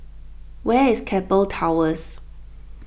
where is Keppel Towers